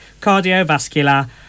cardiovascular